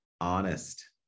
honest